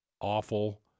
awful